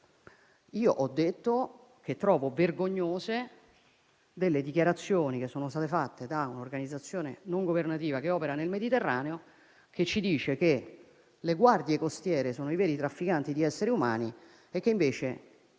no. Ho detto che trovo vergognose alcune dichiarazioni fatte da un'organizzazione non governativa che opera nel Mediterraneo, la quale ha detto che le guardie costiere sono i veri trafficanti di esseri umani e invece